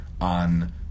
on